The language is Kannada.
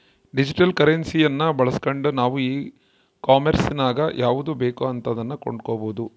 ಡಿಜಿಟಲ್ ಕರೆನ್ಸಿಯನ್ನ ಬಳಸ್ಗಂಡು ನಾವು ಈ ಕಾಂಮೆರ್ಸಿನಗ ಯಾವುದು ಬೇಕೋ ಅಂತದನ್ನ ಕೊಂಡಕಬೊದು